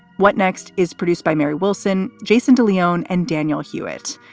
what next is produced by mary wilson, jason de leon and daniel hewett.